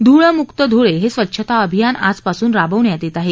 धूळमुक्त धूळे हे स्वच्छता अभियान आजपासून राबवण्यात येत आहे